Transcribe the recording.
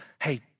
Hey